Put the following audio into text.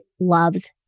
loves